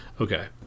Okay